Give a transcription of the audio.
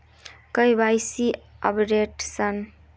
KYC updation?